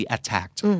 Attacked